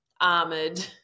armored